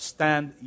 Stand